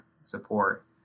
support